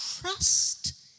trust